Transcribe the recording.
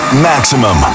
Maximum